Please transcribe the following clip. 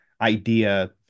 idea